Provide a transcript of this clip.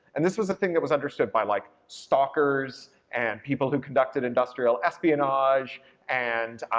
and this was a thing that was understood by, like, stalkers and people who conducted industrial espionage and,